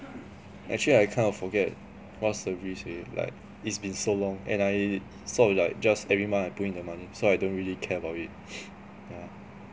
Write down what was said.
actually I kind of forget what's the risk already like it's been so long and I sort of like just every month I put in the money so I don't really care about it yeah